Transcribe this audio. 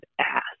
ass